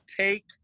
take